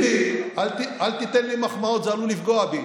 טיבי, אל תיתן לי מחמאות, זה עלול לפגוע בי.